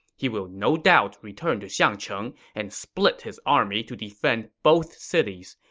he will no doubt return to xiangcheng and split his army to defend both cities.